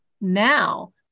now